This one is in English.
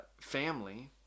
family